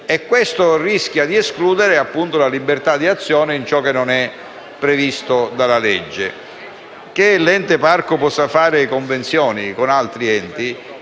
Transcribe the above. così rischiando di escludere la libertà di azione in ciò che non è previsto dalla legge. Secondo me, che l'ente parco possa fare convenzioni con altri enti